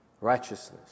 righteousness